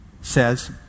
says